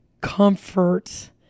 comfort